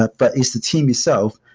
but but it's the team itself.